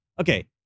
Okay